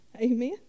Amen